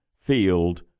field